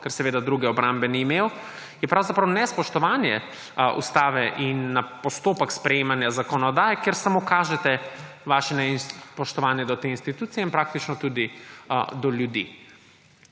ker seveda druge obrambe ni imel, je pravzaprav nespoštovanje ustave in postopka sprejemanja zakonodaje, kar samo kaže vaše nespoštovanje do te institucije in praktično tudi do ljudi.